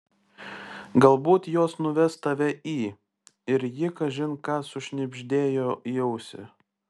galbūt jos nuves tave į ir ji kažin ką sušnibždėjo į ausį